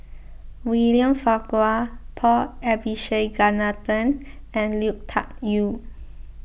William Farquhar Paul Abisheganaden and Lui Tuck Yew